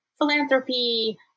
philanthropy